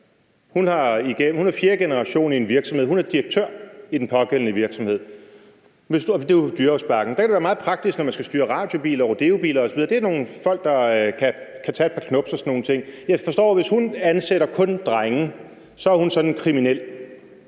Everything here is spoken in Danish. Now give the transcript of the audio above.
kæreste fjerde generation i en virksomhed, hun er direktør i den pågældende virksomhed på Dyrehavsbakken. Der kan det være meget praktisk, når man skal styre radiobiler, rodeobiler osv., at det er folk, der kan tage et par knubs og sådan nogle ting. Jeg forstår, at hvis hun kun ansætter drenge, er hun sådan en kriminel.